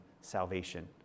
salvation